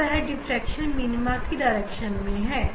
अब वह diffraction minima की दिशा है